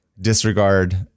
disregard